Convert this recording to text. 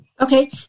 Okay